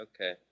Okay